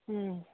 ꯎꯝ